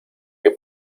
que